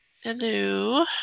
Hello